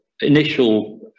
initial